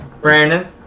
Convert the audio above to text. Brandon